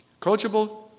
coachable